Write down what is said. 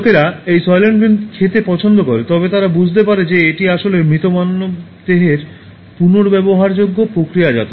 লোকেরা এই Soylent Green খেতে পছন্দ করে তবে তারা বুঝতে পারে যে এটি আসলে মৃত মানবদেহের পুনর্ব্যবহারযোগ্য প্রক্রিয়াজাত